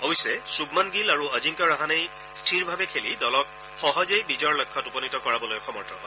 অৱশ্যে শ্বুবমন গীল আৰু অজিংক্য ৰাহানেই স্থিৰভাৱে খেলি দলক সহজেই বিজয়ৰ লক্ষ্যত উপনীত কৰাবলৈ সমৰ্থ হয়